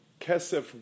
Kesef